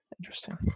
Interesting